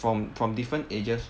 from from different ages